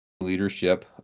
leadership